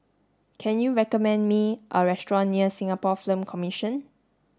can you recommend me a restaurant near Singapore Film Commission